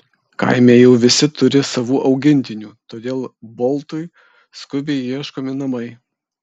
kaime jau visi turi savų augintinių todėl boltui skubiai ieškomi namai